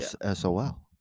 S-O-L